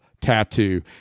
Tattoo